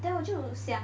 then 我就想